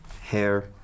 Hair